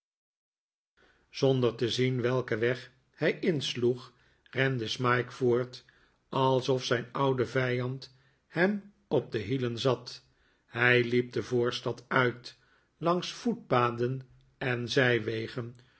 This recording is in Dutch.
zonder te zien welken weg hij insloeg rende smike voort alsof zijn oude vijand hem op de hielen zat hij hep de voorstad uit langs voetpaden en zijwegen